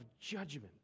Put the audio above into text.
judgment